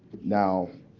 now,